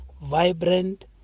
vibrant